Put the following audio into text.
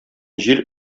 җил